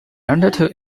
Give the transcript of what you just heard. undertook